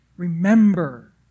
remember